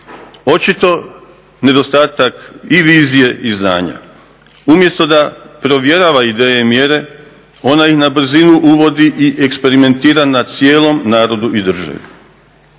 Očito nedostatak i vizije i znanja. Umjesto da provjerava ideje i mjere ona ih na brzinu uvodi i eksperimentira na cijelom narodu i državi.